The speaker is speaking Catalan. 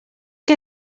que